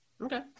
Okay